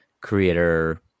creator